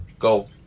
Go